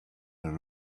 there